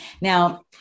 Now